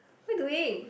what you doing